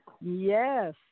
Yes